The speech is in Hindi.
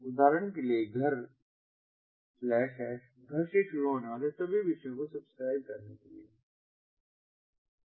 उदाहरण के लिए घर घर से शुरू होने वाले सभी विषयों को सब्सक्राइब करने के लिए है